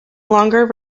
longer